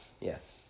Yes